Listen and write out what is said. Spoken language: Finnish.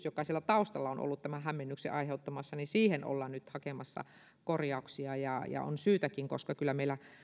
joka siellä taustalla on ollut tätä hämmennystä aiheuttamassa ollaan nyt hakemassa korjauksia ja ja on syytäkin koska meillä